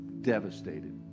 devastated